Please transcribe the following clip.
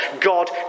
God